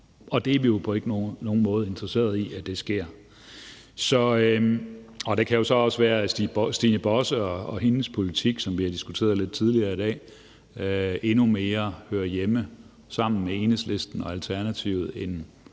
og det er vi ikke på nogen måde interesserede i sker. Det kan jo så også være, at Stine Bosse og hendes politik, som vi har diskuteret lidt tidligere i dag, hører endnu mere hjemme hos Enhedslisten og Alternativet end